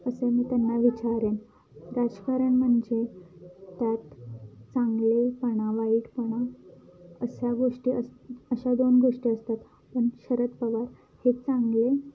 ते मी त्यांना विचारेन राजकारण म्हणजे त्यात चांगलेपणा वाईटपणा अशा गोष्टी अस अशा दोन गोष्टी असतात पण शरद पवार हे चांगले